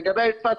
לגבי העיר צפת,